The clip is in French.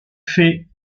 fait